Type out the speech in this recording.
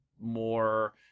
more